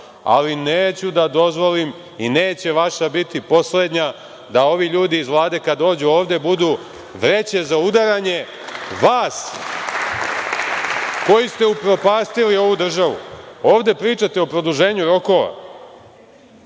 Ali, neću da dozvolim i neće vaša biti poslednja da ovi ljudi iz Vlade kad dođu ovde budu vreće za udaranje vas, koji ste upropastili ovu državu. Ovde pričate o produženju rokova,